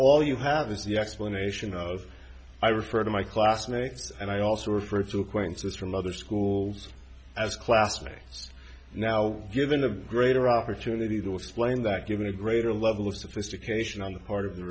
all you have is the explanation of i refer to my classmates and i also refer to acquaintances from other schools as classmates now given a greater opportunity to explain that given a greater level of sophistication on the part of the